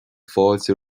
fáilte